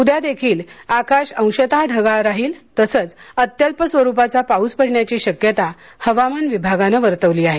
उद्या देखील आकाश अंशतः ढगाळ राहण्याची असून अत्यल्प स्वरुपाचा पाऊस पडण्याची शक्यता हवामान विभागानं वर्तवली आहे